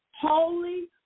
holy